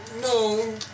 No